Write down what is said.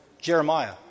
Jeremiah